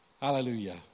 Hallelujah